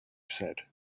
said